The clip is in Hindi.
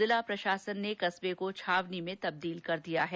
जिला प्रशासन ने कस्बे को छावनी में तब्दील कर दिया है